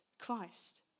Christ